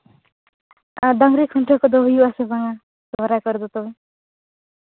ᱟᱨ ᱰᱟᱹᱝᱨᱤ ᱠᱷᱩᱱᱴᱟᱹᱣ ᱠᱚᱫᱚ ᱦᱩᱭᱩᱜ ᱟᱥᱮ ᱵᱟᱝ ᱥᱚᱨᱦᱟᱭ ᱠᱚᱨᱮ ᱫᱚ ᱛᱚᱵᱮ